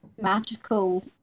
magical